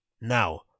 now